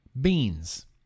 beans